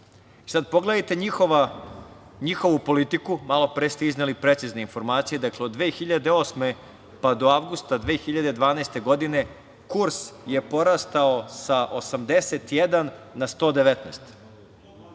Sad pogledajte njihovu politiku, malopre ste izneli precizne informacije. Dakle, od 2008. pa do avgusta 2012. godine kurs je porastao sa 81 na 119